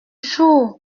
jour